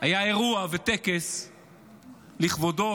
היה אירוע וטקס לכבודו,